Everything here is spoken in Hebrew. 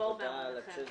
בשעה